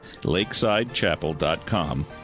lakesidechapel.com